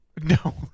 No